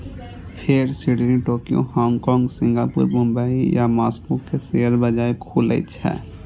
फेर Sydney, Tokyo, Hong Kong, Singapore, Mumbai आ Moscow के शेयर बाजार खुलै छै